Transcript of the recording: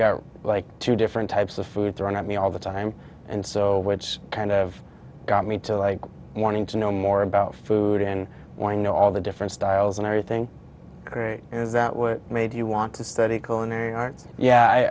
got like two different types of food thrown at me all the time and so it's kind of got me to like wanting to know more about food in what i know all the different styles and everything is that what made you want to study corner yeah i